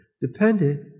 dependent